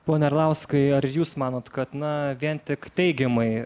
pone arlauskai ar jūs manot kad na vien tik teigiamai